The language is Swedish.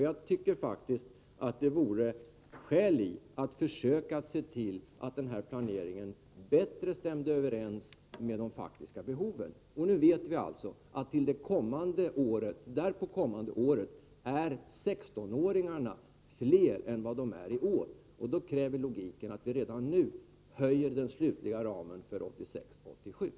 Jag tycker att det vore skäl att försöka se till att den här planeringen bättre stämde överens med de faktiska behoven. Nu vet vi alltså att till det därpå följande läsåret är 16-åringarna fler än i år, och då kräver logiken att vi redan nu höjer den slutliga ramen för läsåret 1986/87.